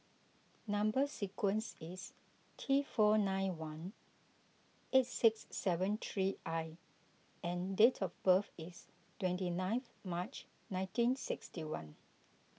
Number Sequence is T four nine one eight six seven three I and date of birth is twenty ninth March nineteen sixty one